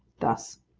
thus